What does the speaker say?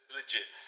legit